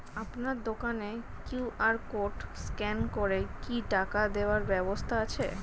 আপনার দোকানে QR code scan করে কি টাকা দেওয়ার ব্যবস্থা আছে?